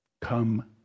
Come